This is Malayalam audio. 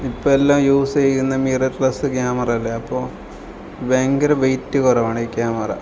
ഇപ്പെല്ലാം യൂസ് ചെയ്യുന്നത് മിറർ ലെസ്സ് ക്യാമറ അല്ലെങ്കിൽ അപ്പോൾ ഭയങ്കര വെയ്റ്റ് കുറവാണ് ഈ ക്യാമറ